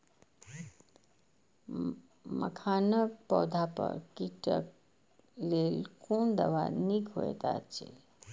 मखानक पौधा पर कीटक लेल कोन दवा निक होयत अछि?